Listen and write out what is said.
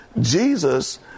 Jesus